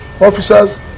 officers